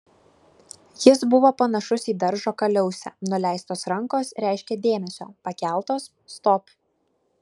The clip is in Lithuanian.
jis buvo panašus į daržo kaliausę nuleistos rankos reiškė dėmesio pakeltos stop